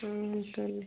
तो